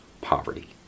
poverty